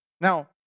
Now